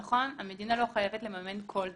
נכון, המדינה לא חייבת לממן כל דבר.